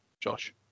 Josh